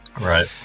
Right